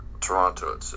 Toronto